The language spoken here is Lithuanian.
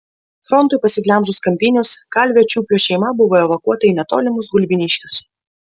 frontui pasiglemžus kampinius kalvio čiuplio šeima buvo evakuota į netolimus gulbiniškius